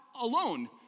alone